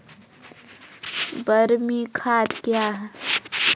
बरमी खाद कया हैं?